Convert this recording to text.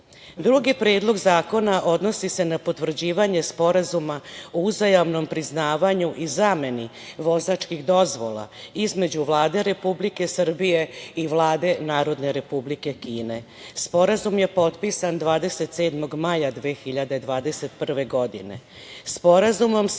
Predlog zakona odnosi se na potvrđivanje Sporazuma o uzajamnom priznavanju i zameni vozačkih dozvola između Vlade Republike Srbije i Vlade Narodne Republike Kine. Sporazum je potpisan 27. maja 2021. godine.